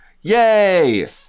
Yay